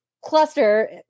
cluster